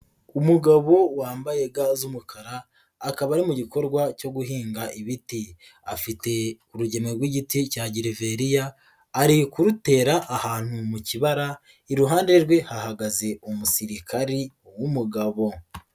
Umugabo wambaye ga z'umukara akaba ari mu gikorwa cyo guhinga ibiti, afite urugemwe rw'igiti cya gireveriya ari kurutera ahantu mu kibara, iruhande rwe hahagaze umusirikari w'umugabo.